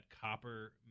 copper